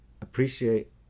appreciate